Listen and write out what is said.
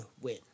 win